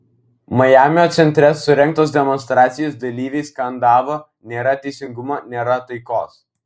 majamio centre surengtos demonstracijos dalyviai skandavo nėra teisingumo nėra taikos